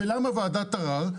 ולמה ועדת ערר?